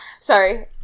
Sorry